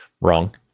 Wrong